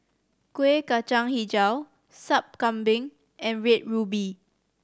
Kueh Kacang Hijau Sup Kambing and Red Ruby